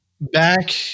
back